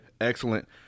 Excellent